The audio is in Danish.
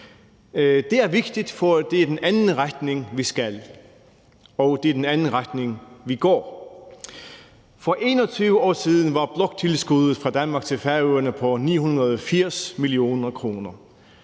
Det er vigtigt, for det er i den anden retning, vi skal, og det er den anden retning, vi går i. For 21 år siden var bloktilskuddet fra Danmark til Færøerne på 980 mio. kr.